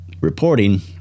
reporting